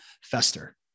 fester